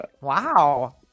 Wow